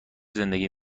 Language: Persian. زندگی